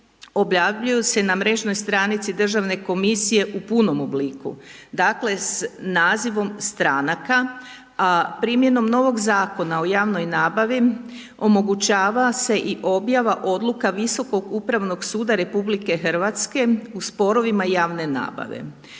objavljuju se na mrežnoj stranici državne komisije u punom obliku, dakle s nazivom stranaka, a primjenom novog Zakona o javnoj nabavi omogućava se i objava odluka Visokog upravnog suda RH u sporovima javne nabave.